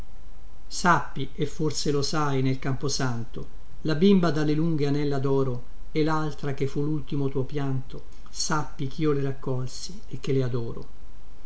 rintrona sappie forse lo sai nel camposanto la bimba dalle lunghe anella doro e laltra che fu lultimo tuo pianto sappi chio le raccolsi e che le adoro